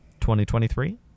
2023